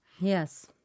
yes